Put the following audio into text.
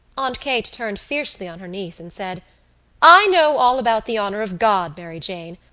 aunt kate turned fiercely on her niece and said i know all about the honour of god, mary jane,